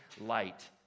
light